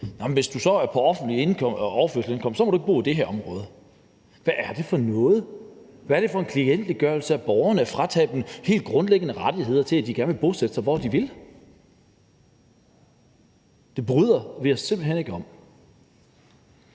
hvis du så er på offentlig overførselsindkomst, må du ikke bo i det her område. Hvad er det for noget? Hvad er det for en klientliggørelse af borgerne at fratage dem helt grundlæggende rettigheder til, at de kan bosætte sig, hvor de gerne vil? Det bryder vi os simpelt hen ikke om.